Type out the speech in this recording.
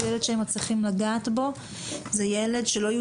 כל ילד שהם מצליחים לגעת בו הוא ילד שללא התוכנית